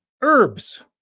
herbs